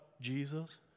Jesus